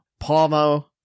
Palmo